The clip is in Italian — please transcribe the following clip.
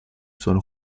sono